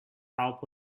help